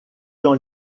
dans